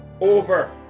over